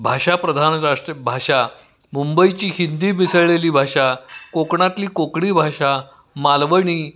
भाषाप्रधान राष्ट्रभाषा मुंबईची हिंदी मिसळलेली भाषा कोकणातली कोकणी भाषा मालवणी